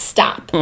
Stop